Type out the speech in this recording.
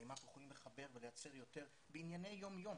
האם אנחנו יכולים לחבר ולייצר יותר בענייני יום יום?